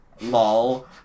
LOL